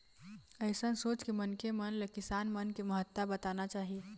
अइसन सोच के मनखे मन ल किसान मन के महत्ता बताना चाही